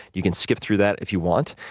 you can skip through that if you want,